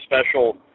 special